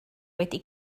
wedi